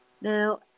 Now